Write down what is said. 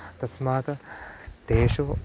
तस्मात् तेषु